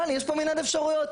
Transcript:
אבל יש פה מנעד אפשרויות.